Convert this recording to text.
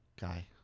guy